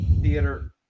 theater